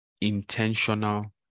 intentional